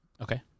Okay